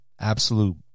absolute